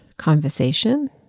conversation